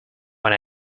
when